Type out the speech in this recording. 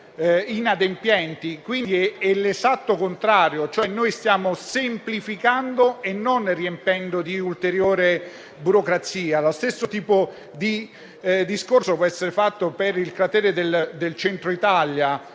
inadempienti. Quindi, è l'esatto contrario: noi stiamo semplificando, non riempiendo di ulteriore burocrazia. Lo stesso tipo di discorso può essere fatto per il cratere del Centro Italia,